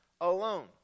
alone